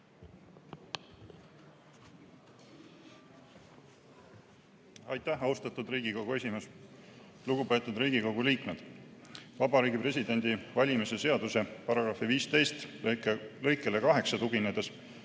Aitäh, austatud Riigikogu esimees! Lugupeetud Riigikogu liikmed! Vabariigi Presidendi valimise seaduse § 15 lõikele 8 tuginedes